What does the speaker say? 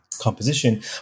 composition